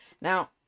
now